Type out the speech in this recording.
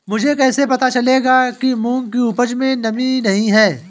मुझे कैसे पता चलेगा कि मूंग की उपज में नमी नहीं है?